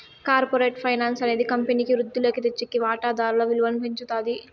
corporate finance అనేది కంపెనీకి వృద్ధిలోకి తెచ్చేకి వాతాదారుల విలువను పెంచుతాది